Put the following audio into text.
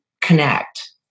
connect